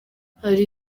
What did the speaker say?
hari